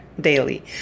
daily